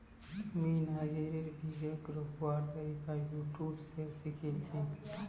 मुई नाइजरेर बीजक रोपवार तरीका यूट्यूब स सीखिल छि